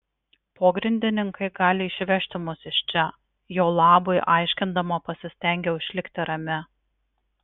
pogrindininkai gali išvežti mus iš čia jo labui aiškindama pasistengiau išlikti rami